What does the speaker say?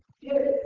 Yes